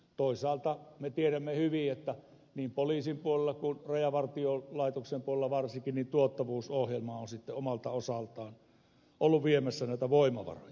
toisaalta me tiedämme hyvin että niin poliisin puolella kuin varsinkin rajavartiolaitoksen puolella tuottavuusohjelma on sitten omalta osaltaan ollut viemässä näitä voimavaroja